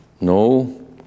No